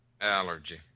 Allergy